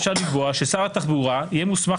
אפשר לקבוע ששר התחבורה יהיה מוסמך